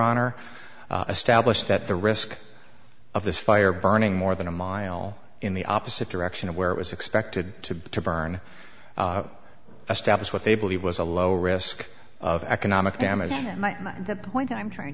honor established that the risk of this fire burning more than a mile in the opposite direction of where it was expected to be to burn status what they believe was a low risk of economic damage that might not the point i'm trying